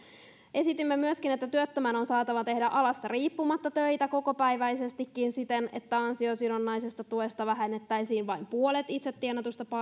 esitimme myöskin että työttömän on saatava tehdä alasta riippumatta töitä kokopäiväisestikin siten että ansiosidonnaisesta tuesta vähennettäisiin vain puolet itse tienatusta